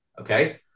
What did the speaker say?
okay